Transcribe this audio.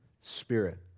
spirit